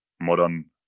modern